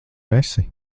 esi